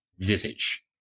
visage